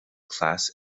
class